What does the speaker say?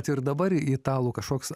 tik dabar italų kažkoks